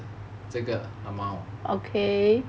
这个 amount